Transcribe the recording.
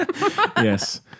Yes